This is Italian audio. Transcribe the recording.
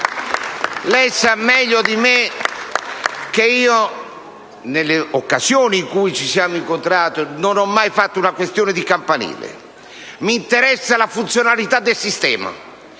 Lei sa meglio di me che, nelle occasioni in cui ci siamo incontrati, non ho mai fatto una questione di campanile. Mi interessa la funzionalità del sistema,